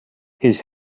his